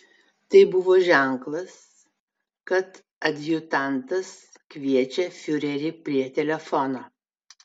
tai buvo ženklas kad adjutantas kviečia fiurerį prie telefono